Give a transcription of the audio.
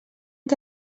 que